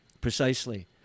Precisely